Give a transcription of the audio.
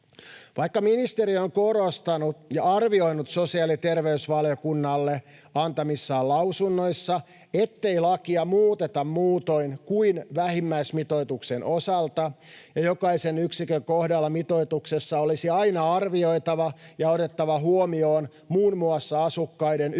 Vaikka ministeriö on korostanut ja arvioinut sosiaali- ja terveysvaliokunnalle antamissaan lausunnoissa, ettei lakia muuteta muutoin kuin vähimmäismitoituksen osalta ja jokaisen yksikön kohdalla mitoituksessa olisi aina arvioitava ja otettava huomioon muun muassa asukkaiden yksilöllinen